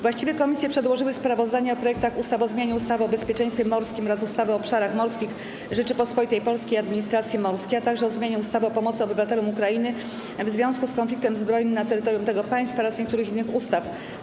Właściwe komisje przedłożyły sprawozdania o projektach ustaw: - o zmianie ustawy o bezpieczeństwie morskim oraz ustawy o obszarach morskich Rzeczypospolitej Polskiej i administracji morskiej, - o zmianie ustawy o pomocy obywatelom Ukrainy w związku z konfliktem zbrojnym na terytorium tego państwa oraz niektórych innych ustaw.